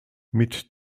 mit